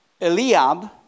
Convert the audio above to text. Eliab